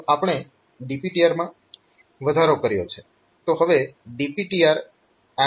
તો આપણે DPTR માં વધારો કર્યો છે